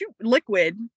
liquid